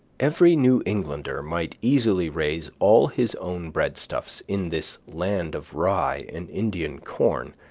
every new englander might easily raise all his own breadstuffs in this land of rye and indian corn,